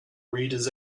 reader’s